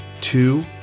two